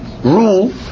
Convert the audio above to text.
rule